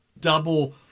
double